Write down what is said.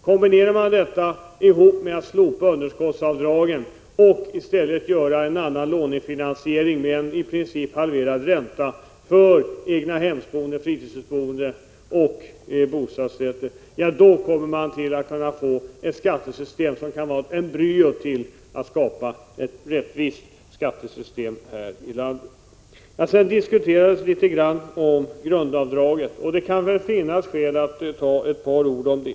Kombinerar man detta med att slopa underskottsavdragen och i stället åstadkomma en annan lånefinansiering, med en i princip halverad ränta för egnahemsoch fritidshusboende samt för bostadsrätter, då kommer man att kunna få ett embryo till ett rättvist skattesystem här i landet. Grundavdraget har diskuterats litet, och det kan väl finnas skäl att säga några ord om det.